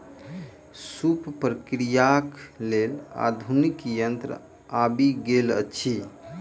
सूप प्रक्रियाक लेल आधुनिक यंत्र आबि गेल अछि